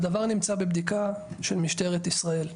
הדבר נמצא בבדיקה של משטרת ישראל,